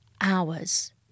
hours